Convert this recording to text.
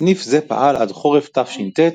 סניף זה פעל עד חורף תש"ט,